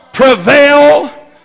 Prevail